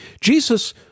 Jesus